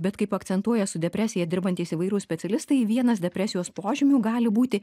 bet kaip akcentuoja su depresija dirbantys įvairūs specialistai vienas depresijos požymių gali būti